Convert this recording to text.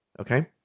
Okay